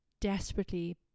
desperately